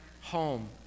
home